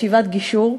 ישיבת גישור.